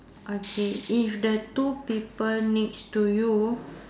okay if the two people next to you